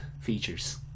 features